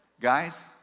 Guys